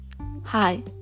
Hi